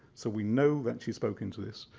so we know that she spoke into this.